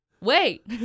Wait